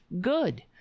good